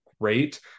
great